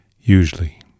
Usually